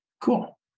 Cool